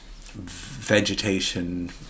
vegetation